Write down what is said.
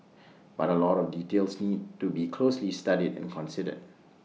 but A lot of details need to be closely studied and considered